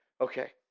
Okay